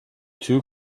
two